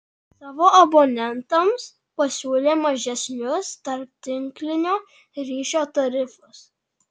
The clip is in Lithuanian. savo abonentams pasiūlė mažesnius tarptinklinio ryšio tarifus